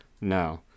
No